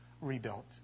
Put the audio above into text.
rebuilt